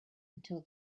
until